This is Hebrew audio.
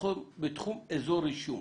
בתחום אזור רישום,